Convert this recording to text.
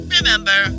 Remember